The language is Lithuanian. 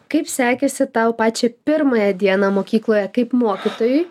kaip sekėsi tau pačią pirmąją dieną mokykloje kaip mokytojui